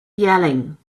yelling